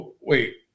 Wait